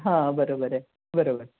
हं बरोबर आहे बरोबर